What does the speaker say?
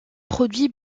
produits